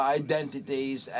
identities